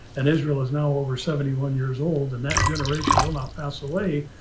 and israel is now over seventy one years old, and that generation will not pass away.